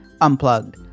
unplugged